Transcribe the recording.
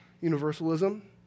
universalism